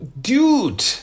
Dude